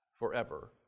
forever